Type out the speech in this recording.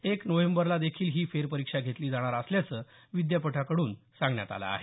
एक नोव्हेंबरला देखील ही फेरपरीक्षा घेतली जाणार असल्याचं विद्यापीठाकडून सांगण्यात आलं आहे